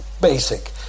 basic